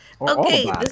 okay